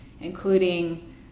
including